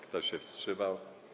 Kto się wstrzymał?